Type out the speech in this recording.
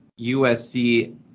USC